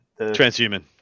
transhuman